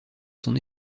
son